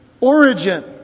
origin